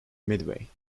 midway